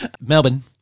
Melbourne